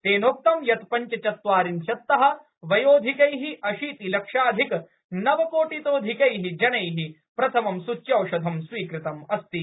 तेनोक्तं यत् पञ्चचत्वारिंशत्तः व्योधिकैः अशीतिलक्षाधिकनवकोटितोधिकैः जनैः प्रथमं सूच्यौषधं स्वीकृतम् अस्ति